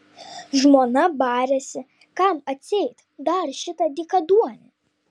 žmona barėsi kam atseit dar šitą dykaduonį